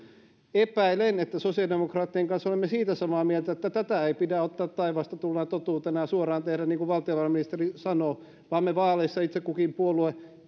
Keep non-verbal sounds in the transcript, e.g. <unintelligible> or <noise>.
epäilen että sosiaalidemokraattien kanssa olemme siitä samaa mieltä että tätä ei pidä ottaa taivaasta tulleena totuutena ja suoraan tehdä niin kuin valtiovarainministeriö sanoo vaan vaaleissa me itse kukin puolue <unintelligible>